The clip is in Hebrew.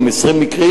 עם 20 מקרים,